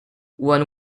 one